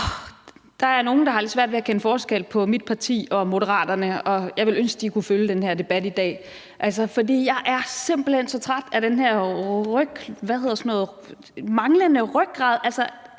Der er nogle, der har lidt svært ved at kende forskel på mit parti og Moderaterne, og jeg ville ønske, de kunne følge den her debat i dag, for jeg er simpelt hen så træt af den her manglende rygrad. Altså,